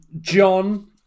John